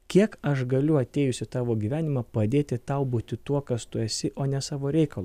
kiek aš galiu atėjus į tavo gyvenimą padėti tau būti tuo kas tu esi o ne savo reikalu